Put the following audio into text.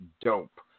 dope